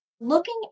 Looking